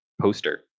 poster